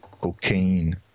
cocaine